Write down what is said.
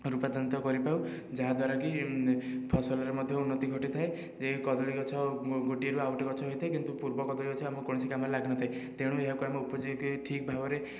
ରୂପାନ୍ତରିତ କରିଥାଉ ଯାହାଦ୍ୱାରାକି ଫସଲରେ ମଧ୍ୟ ଉନ୍ନତି ଘଟିଥାଏ ଏହି କଦଳୀ ଗଛ ଗୋଟିଏରୁ ଆଉ ଗୋଟିଏ ଗଛ ହୋଇଥାଏ କିନ୍ତୁ ପୂର୍ବ କଦଳୀ ଗଛ ଆମର କୌଣସି କାମରେ ଲାଗିନଥାଏ ତେଣୁ ଏହାକୁ ଆମେ ଉପଯୋଗୀ ଠିକ ଭାବରେ